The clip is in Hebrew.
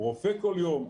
רופא כל יום,